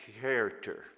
character